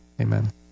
amen